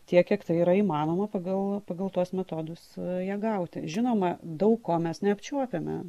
tiek kiek tai yra įmanoma pagal pagal tuos metodus ją gauti žinoma daug ko mes neapčiuopiame